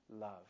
love